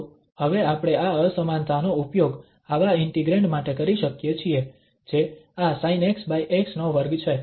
તો હવે આપણે આ અસમાનતાનો ઉપયોગ આવા ઇન્ટિગ્રેંડ માટે કરી શકીએ છીએ જે આ sinxx નો વર્ગ છે